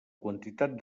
quantitat